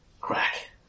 Crack